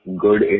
good